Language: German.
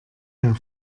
der